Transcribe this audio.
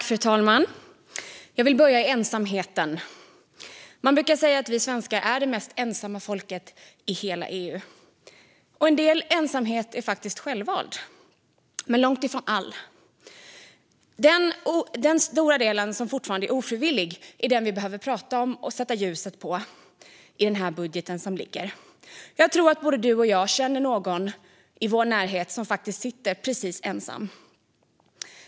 Fru talman! Jag vill börja med ensamheten. Man brukar säga att vi svenskar är det mest ensamma folket i hela EU. En del ensamhet är faktiskt självvald, men långt ifrån all. Den stora del som är ofrivillig är den som vi behöver prata om och sätta ljuset på i den liggande budgeten. Jag tror att både du och jag känner någon i vår närhet som sitter helt ensam.